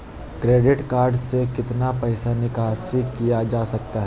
Credit card से कितना पैसा निकासी किया जा सकता है?